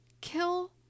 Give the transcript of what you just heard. kill